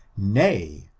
nay!